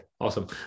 Awesome